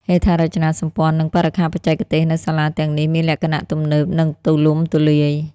ហេដ្ឋារចនាសម្ព័ន្ធ និងបរិក្ខារបច្ចេកទេសនៅសាលាទាំងនេះមានលក្ខណៈទំនើបនិងទូលំទូលាយ។